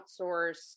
outsource